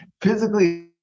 physically